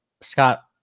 Scott